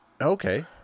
Okay